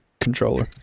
controller